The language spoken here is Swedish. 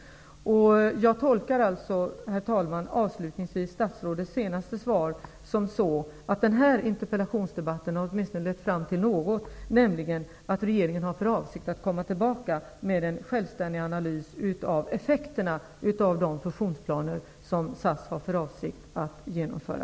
Jag tolkar alltså, herr talman, avslutningsvis statsrådets senaste svar så, att denna interpellationsdebatt åtminstone har lett fram till något, nämligen att regeringen har för avsikt att komma tillbaka med en självständig analys av effekterna av de fusionsplaner som SAS har för avsikt att genomföra.